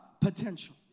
potential